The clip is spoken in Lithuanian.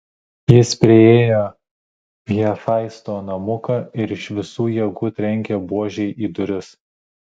jis priėjo hefaisto namuką ir iš visų jėgų trenkė buože į duris